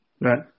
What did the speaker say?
Right